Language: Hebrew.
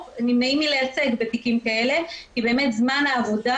או נמנעים מלייצג בתיקים כאלה כי באמת זמן העבודה